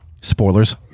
spoilers